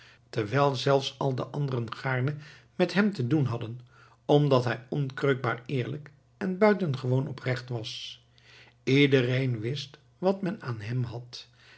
terwijl zelfs al de anderen gaarne met hem te doen hadden omdat hij onkreukbaar eerlijk en buitengewoon oprecht was iedereen wist wat men aan hem had